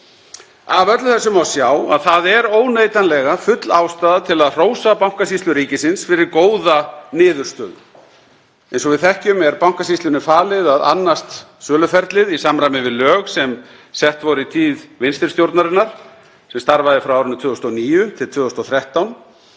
Af öllu þessu má sjá að það er óneitanlega full ástæða til að hrósa Bankasýslu ríkisins fyrir góða niðurstöðu. Eins og við þekkjum er Bankasýslunni falið að annast söluferlið í samræmi við lög sem sett voru í tíð vinstri stjórnarinnar sem starfaði frá árinu 2009–2013.